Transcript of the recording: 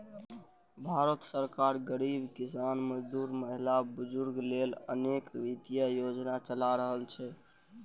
भारत सरकार गरीब, किसान, मजदूर, महिला, बुजुर्ग लेल अनेक वित्तीय योजना चला रहल छै